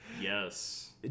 Yes